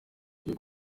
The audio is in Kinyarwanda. iryo